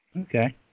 Okay